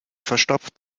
verstopft